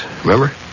remember